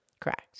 Correct